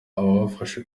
abafashe